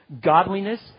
godliness